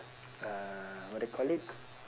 uh what they call it